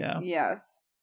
yes